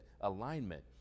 alignment